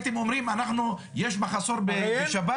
הייתם אומרים: יש מחסור בשב"ס,